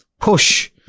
push